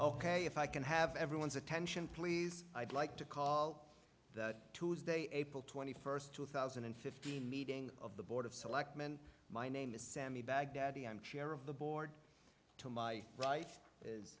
if i can have everyone's attention please i'd like to call that tuesday april twenty first two thousand and fifteen meeting of the board of selectmen my name is sammy baghdadi i'm chair of the board to my right is